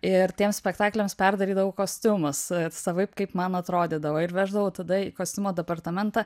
ir tiems spektakliams perdarydavau kostiumus savaip kaip man atrodydavo ir veždavau tada į kostiumų departamentą